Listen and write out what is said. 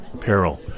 peril